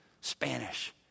Spanish